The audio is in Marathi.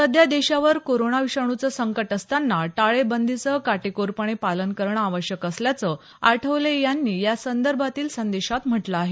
सध्या देशावर कोरोना विषाणूच संकट असताना टाळेबंदीचं काटेककोरपणे पालन करणं आवश्यक असल्याचं आठवले यांनी या संदर्भातील संदेशात म्हटलं आहे